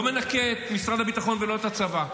אני לא מנקה את משרד הביטחון ולא את הצבא.